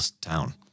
town